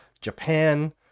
Japan